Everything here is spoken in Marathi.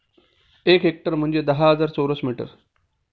एक हेक्टर म्हणजे दहा हजार चौरस मीटर